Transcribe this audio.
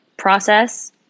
process